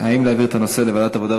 אם להעביר את הנושא לוועדת העבודה,